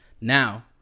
now